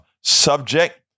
subject